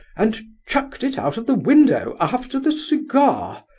and chucked it out of the window, after the cigar.